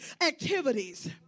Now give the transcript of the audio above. activities